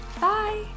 Bye